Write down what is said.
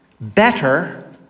better